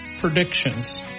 predictions